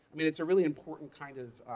mean it's a really important kind of